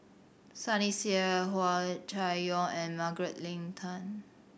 Sunny Sia Hua Chai Yong and Margaret Leng Tan